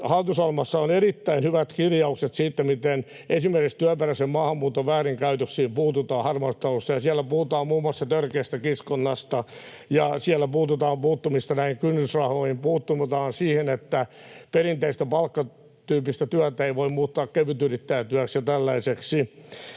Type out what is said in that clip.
hallitusohjelmassa on erittäin hyvät kirjaukset siitä, miten esimerkiksi työperäisen maahanmuuton väärinkäytöksiin puututaan harmaassa taloudessa. Siellä puhutaan muun muassa törkeästä kiskonnasta, ja siellä puututaan näihin kynnysrahoihin, puututaan siihen, että perinteistä palkkatyyppistä työtä ei voi muuttaa kevytyrittäjän työksi ja tällaiseksi.